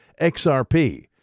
XRP